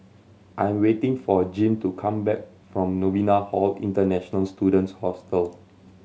I am waiting for Jim to come back from Novena Hall International Students Hostel